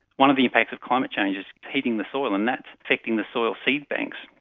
one of the impacts of climate change is heating the soil, and that's affecting the soil seed banks,